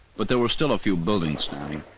but there were still a few buildings standing.